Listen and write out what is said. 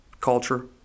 culture